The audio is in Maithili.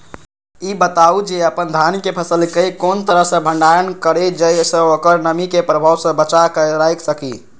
ई बताऊ जे अपन धान के फसल केय कोन तरह सं भंडारण करि जेय सं ओकरा नमी के प्रभाव सं बचा कय राखि सकी?